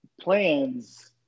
plans